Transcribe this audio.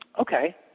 Okay